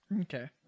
okay